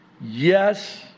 Yes